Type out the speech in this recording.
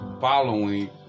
following